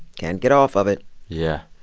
can't get off of it yeah,